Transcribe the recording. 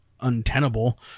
untenable